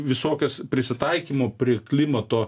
visokias prisitaikymo prie klimato